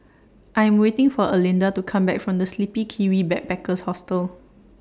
I Am waiting For Erlinda to Come Back from The Sleepy Kiwi Backpackers Hostel